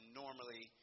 normally